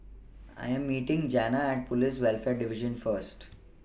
I Am meeting Janna At Police Welfare Division First